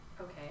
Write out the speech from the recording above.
Okay